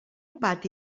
pati